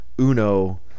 Uno